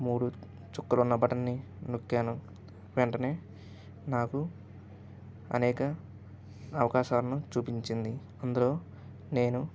మూడు చుక్కలు ఉన్న బటన్ని నొక్కాను వెంటనే నాకు అనేక అవకాశాలను చూపించింది అందులో నేను